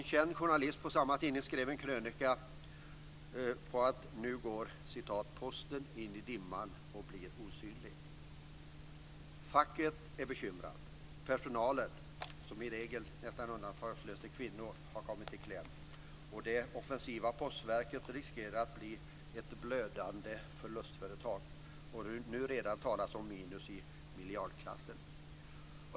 En känd journalist på samma tidning skrev i en krönika att nu går "Posten in i dimman och blir osynlig". Inom facket är man bekymrad. Personalen, som i regel nästan undantagslöst är kvinnor, har kommit i kläm. Det offensiva Postverket riskerar att bli ett blödande förlustföretag. Redan talas det om minus i miljardklassen.